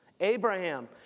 Abraham